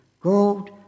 gold